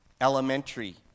elementary